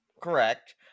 correct